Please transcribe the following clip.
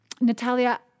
Natalia